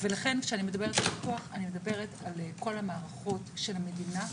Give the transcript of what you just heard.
ולכן כשאני מדברת על פיקוח אני מדברת על כל המערכות של המדינה,